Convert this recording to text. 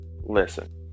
listen